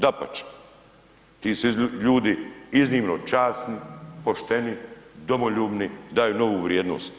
Dapače, ti su ljudi iznimno časni, pošteni, domoljubni, daju novu vrijednost.